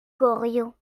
goriot